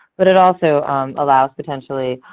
but it also allows, potentially,